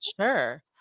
Sure